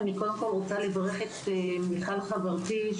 אני רוצה לברך את מיכל חברתי,